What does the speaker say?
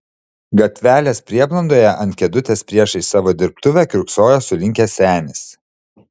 gatvelės prieblandoje ant kėdutės priešais savo dirbtuvę kiurksojo sulinkęs senis